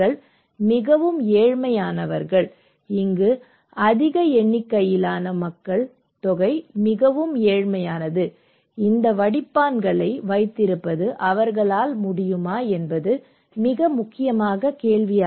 அவர்கள் மிகவும் ஏழ்மையானவர்கள் இங்கு அதிக எண்ணிக்கையிலான மக்கள் தொகை மிகவும் ஏழ்மையானது இந்த வடிப்பான்களை வைத்திருப்பது அவர்களால் முடியுமா என்பது மிக முக்கியமான கேள்வி